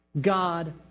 God